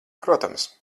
protams